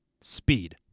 Speed